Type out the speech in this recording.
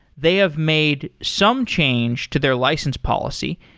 they have made some change to their license policy.